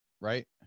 right